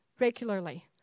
regularly